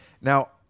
Now